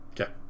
Okay